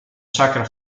sacra